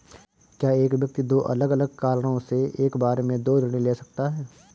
क्या एक व्यक्ति दो अलग अलग कारणों से एक बार में दो ऋण ले सकता है?